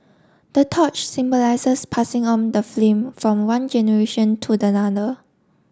the torch symbolises passing on the flame from one generation to the other